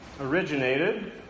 Originated